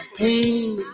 pain